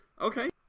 Okay